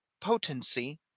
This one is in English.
potency